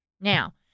Now